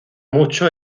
mucho